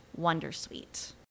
wondersuite